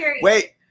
Wait